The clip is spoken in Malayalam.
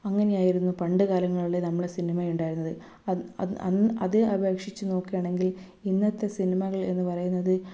അങ്ങനെയായിരുന്നു പണ്ടു കാലങ്ങളിൽ നമ്മളെ സിനിമ ഉണ്ടായിരുന്നത് അത് അപേക്ഷിച്ച് നോക്കുകയാണെങ്കിൽ ഇന്നത്തെ സിനിമകൾ എന്നു പറയുന്നത്